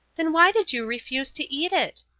then why did you refuse to eat it?